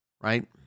Right